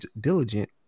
diligent